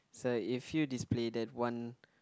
so if you display that one